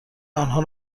آنها